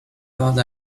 thought